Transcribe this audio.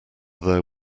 there